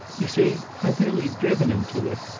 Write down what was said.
you see, i've really driven him to it,